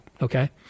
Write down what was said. Okay